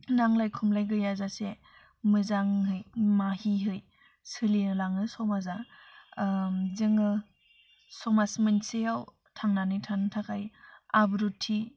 नांलाय खमलाय गैयाजासे मोजाङै माहिहै सोलिलाङो समाजा जोङो समाज मोनसेआव थांनानै थानो थाखाय आब्रुथि